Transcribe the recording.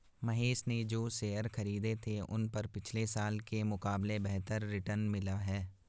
महेश ने जो शेयर खरीदे थे उन पर पिछले साल के मुकाबले बेहतर रिटर्न मिला है